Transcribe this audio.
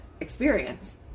experience